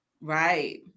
Right